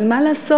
אבל מה לעשות,